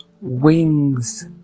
wings